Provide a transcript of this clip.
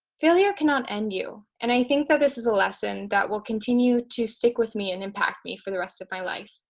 failure cannot end you, and i think that this is a lesson that will continue to stick with me and impact me for the rest of my life.